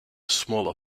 smaller